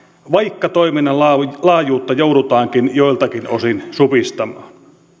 vaikka toiminnan laajuutta laajuutta joudutaankin joiltakin osin supistamaan